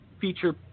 feature